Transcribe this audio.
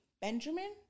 Benjamin